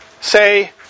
say